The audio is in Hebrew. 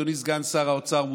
אדוני סגן שר האוצר,